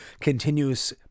continuous